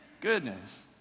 goodness